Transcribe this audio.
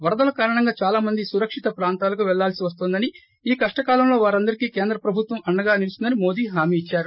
వరదల కారణంగా చాలామంద్ సురక్షిత ప్రాంతాలకు పెల్లాల్సి వస్తోందని ఈ కష్టకాలంలో వారందరికీ కేంద్ర ప్రభుత్వం అండగా నిలుస్తుందని మోదీ హామీ ఇచ్చారు